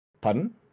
Pardon